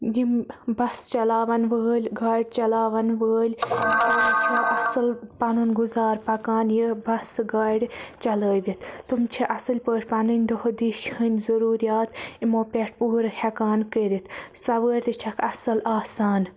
یِم بَس چلاون وٲلۍ گاڑِ چَلاون وٲلۍ اَصٕل پَنُن گُزار پَکان یہِ بَسہٕ گاڑِ چَلٲوِتھ تِم چھِ اَصٕلۍ پٲٹھۍ پَنٕنۍ دۄہ دِش ہٕنٛدۍ ضروٗرِیات یِمو پٮ۪ٹھ پوٗرٕ ہیکان کٔرِتھ سَوٲرۍ تہِ چھَکھ اَصٕل آسان